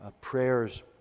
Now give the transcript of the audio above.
prayers